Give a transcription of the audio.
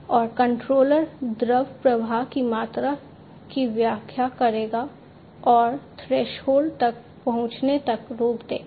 और कंट्रोलर तक पहुंचने पर रोक देगा